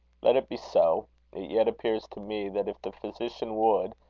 let it be so it yet appears to me that if the physician would,